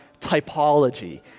typology